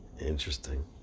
Interesting